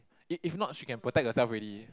it if not she can protect herself already